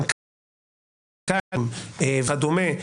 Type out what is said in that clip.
מנכ"לים וכדומה,